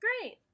Great